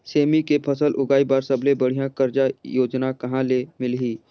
सेमी के फसल उगाई बार सबले बढ़िया कर्जा योजना कहा ले मिलही?